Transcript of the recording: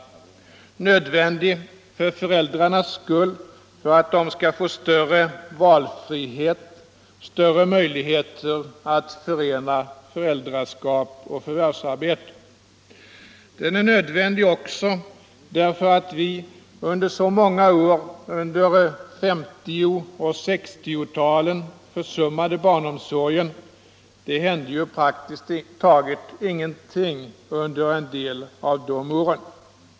Barnomsorgen Barnomsorgen nödvändig för föräldrarnas skull för att de skall få större valfrihet och större möjligheter att förena föräldraskap och förvärvsarbete. Den är nödvändig också därför att vi under så många år under 1950 och 1960-talen försummat barnomsorgen. Det hände ju praktiskt taget ingenting under en del av de åren.